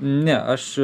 ne aš